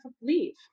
leave